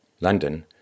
London